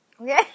Okay